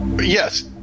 Yes